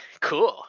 cool